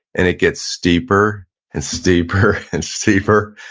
and it gets steeper and steeper and steeper,